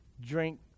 drink